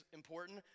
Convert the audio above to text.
important